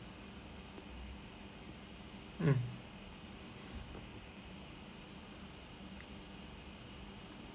mm